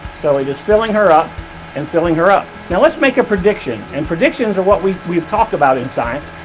so it is filling her up and filling her up let's make a prediction and predictions of what we we talk about in science.